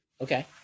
Okay